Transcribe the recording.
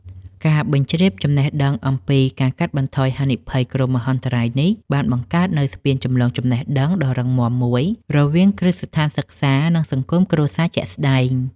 ការបញ្ជ្រាបចំណេះដឹងអំពី ការកាត់បន្ថយហានិភ័យគ្រោះមហន្តរាយ នេះ បានបង្កើតនូវស្ពានចម្លងចំណេះដឹងដ៏រឹងមាំមួយរវាងគ្រឹះស្ថានសិក្សា និងសង្គមគ្រួសារជាក់ស្ដែង។